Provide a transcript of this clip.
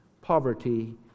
poverty